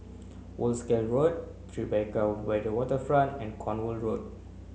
Wolskel Road Tribeca by the Waterfront and Cornwall Road